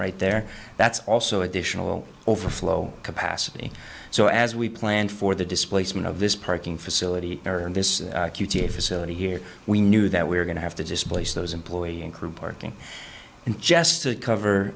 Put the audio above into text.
right there that's also additional overflow capacity so as we planned for the displacement of this parking facility and this cutie facility here we knew that we were going to have to displace those employee and crew parking and just to cover